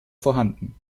vorhanden